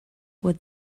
would